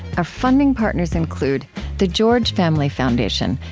our funding partners include the george family foundation,